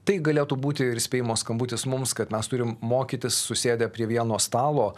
tai galėtų būti ir įspėjimo skambutis mums kad mes turim mokytis susėdę prie vieno stalo